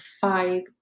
five